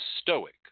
stoic